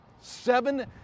Seven